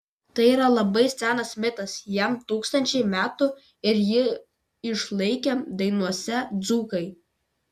tai yra labai senas mitas jam tūkstančiai metų ir jį išlaikė dainose dzūkai